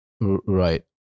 right